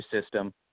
system